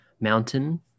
mountain